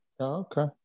Okay